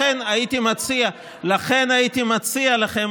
לכן, הייתי מציע לכם